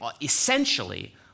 essentially